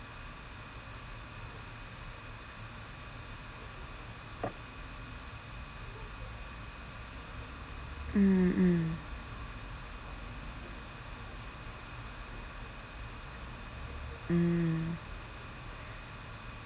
mm mm mm